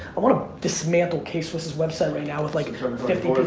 i wanna dismantle kswiss's website right now with like fifty sort of